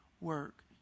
work